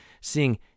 seeing